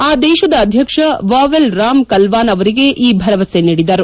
ಆ ದೇಶದ ಅಧ್ಯಕ್ಷ ವಾವೆಲ್ ರಾಮ್ ಕಲ್ವಾನ್ ಅವರಿಗೆ ಈ ಭರವಸೆ ನೀಡಿದರು